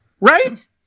Right